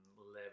level